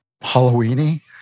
Halloween-y